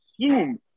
assume